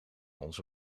onze